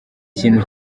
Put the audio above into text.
kintu